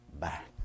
back